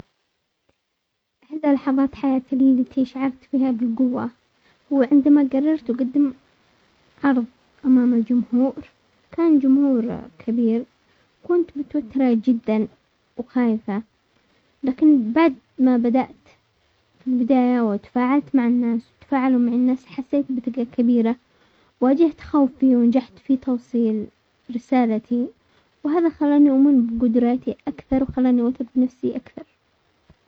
احدى لحظات حياتي التي شعرت فيها بالقوة هوعندما قررت اقدم عرض امام الجمهور، كان جمهور كبير كنت متوترة جدا وخايفة، لكن بعد ما بدأت البداية وتفاعلت مع الناس وتفاعلوا معي الناس حسيت بثقة كبيرة، واجهت خوفي ونجحت في توصيل رسالتي، وهذا خلاني اؤمن بقدراتي اكثر وخلاني وثقت نفسي اكثر.